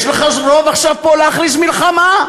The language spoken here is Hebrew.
יש לך פה רוב עכשיו להכריז מלחמה,